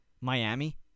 Miami